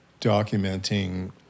documenting